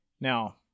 Now